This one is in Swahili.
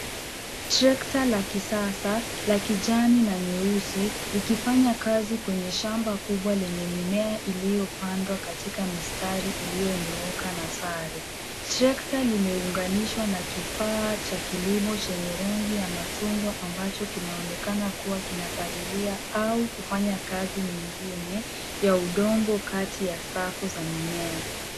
Trekta la kisasa la kijani na nyeusi linafanya kazi kwenye shamba la mimea iliopandwa katika mistari ilio nyooka na sare. Trekta imeunganishwa na kifaa cha rangi ya machungwa ambacho inaonekana kuwa ina palilia au kufanya kazi ingine ya udongo katika ya safu ya mimea.